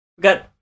got